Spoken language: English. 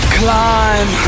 climb